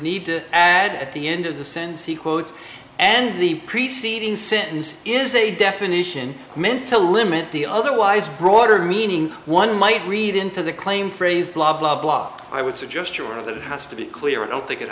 need to add at the end of the sense he quotes and the preceding sentence is a definition meant to limit the otherwise broader meaning one might read into the claimed phrase blah blah blah i would suggest one of them has to be clear i don't think it